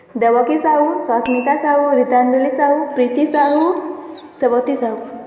Devaki Sahu Sasmita Sahu Ritanjali Sahu Priti Sahu Sebati Sahu